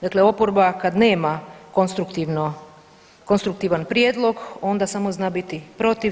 Dakle, oporba kad nema konstruktivan prijedlog, onda samo zna biti protiv.